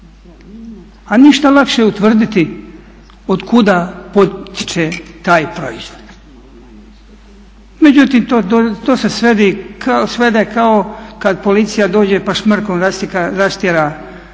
A ništa lakše nije nego utvrditi otkud potiče taj proizvod. Međutim to se svede kao kad policija dođe pa šmrkom rastjera ove